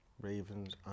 Ravens